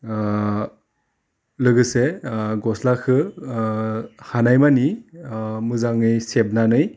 ओह लोगोसे ओह गस्लाखो ओह हानायमानि अह मोजाङै सेबनानै